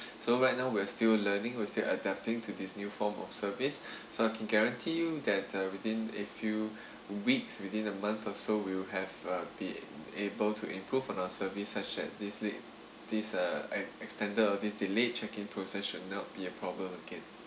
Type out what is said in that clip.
so right now we are still learning we're still adapting to these new form of service so I can guarantee you that uh within a few weeks within a month or so will have uh be able to improve on our service such as this lip this uh ex~ extended or this delayed check in process should not be a problem again